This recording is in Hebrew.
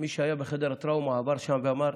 מי שהיה בחדר הטראומה עבר שם ואמר: